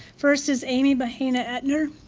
first is amy bahina etner.